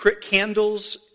candles